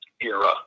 era